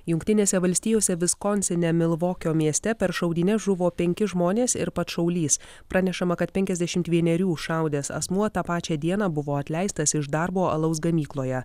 jungtinėse valstijose viskonsine milvokio mieste per šaudynes žuvo penki žmonės ir pats šaulys pranešama kad penkiasdešimt vienerių šaudęs asmuo tą pačią dieną buvo atleistas iš darbo alaus gamykloje